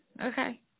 Okay